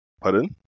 pardon